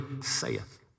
saith